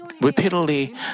repeatedly